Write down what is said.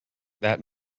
that